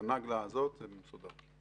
במחזור הזה זה מסודר.